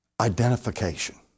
identification